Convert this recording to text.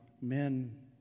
men